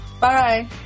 Bye